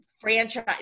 franchise